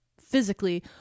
physically